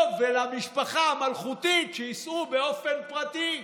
לו ולמשפחה המלכותית, שייסעו באופן פרטי.